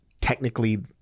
technically